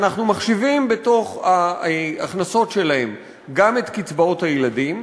ואנחנו מחשיבים בתוך ההכנסות שלהם גם את קצבאות הילדים,